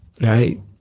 Right